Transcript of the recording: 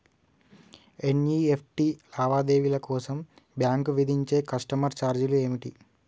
NEFT లావాదేవీల కోసం bank విధించే కస్టమర్ ఛార్జీలు ఏమిటి?